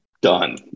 done